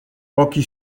pochi